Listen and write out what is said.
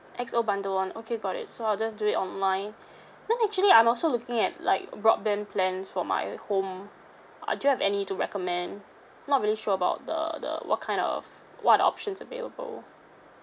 X O bundle one okay got it so I'll just do it online you know actually I'm also looking at like broadband plans for my home uh do you have any to recommend not really sure about the the what kind of what are the options available